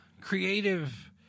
creative